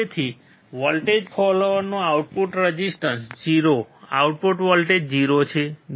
તેથી વોલ્ટેજ ફોલોઅરનું output resistance 0 output voltage 0 છે